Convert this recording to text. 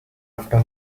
after